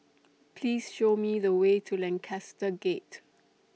Please Show Me The Way to Lancaster Gate